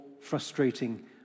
frustrating